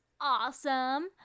Awesome